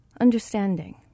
understanding